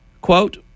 Quote